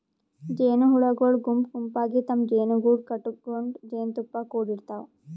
ಜೇನಹುಳಗೊಳ್ ಗುಂಪ್ ಗುಂಪಾಗಿ ತಮ್ಮ್ ಜೇನುಗೂಡು ಕಟಗೊಂಡ್ ಜೇನ್ತುಪ್ಪಾ ಕುಡಿಡ್ತಾವ್